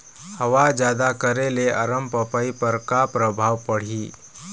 हवा जादा करे ले अरमपपई पर का परभाव पड़िही?